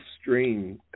Stream